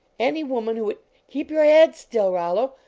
any woman who would keep your head still, rollo!